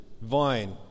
vine